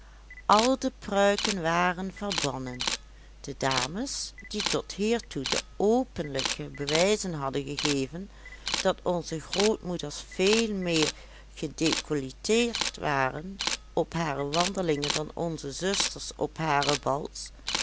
al de pruiken waren verbannen de dames die tot hiertoe de openlijke bewijzen hadden gegeven dat onze grootmoeders veel meer gedecolleteerd waren op hare wandelingen dan onze zusters op hare bals